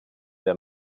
der